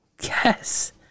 Yes